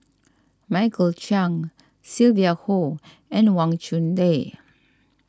Michael Chiang Sylvia Kho and Wang Chunde